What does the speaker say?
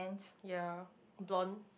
ya blonde